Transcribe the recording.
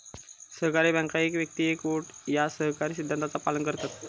सहकारी बँका एक व्यक्ती एक वोट या सहकारी सिद्धांताचा पालन करतत